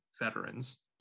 veterans